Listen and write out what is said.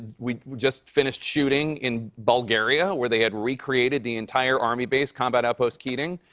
we just finished shooting in bulgaria, where they had re-created the entire army base, combat output keating.